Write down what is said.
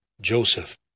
Joseph